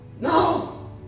No